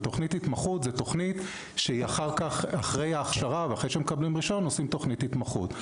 זאת אומרת אחרי ההכשרה ואחרי שמקבלים רישיון עושים תכנית התמחות.